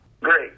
Great